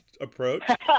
Approach